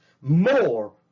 more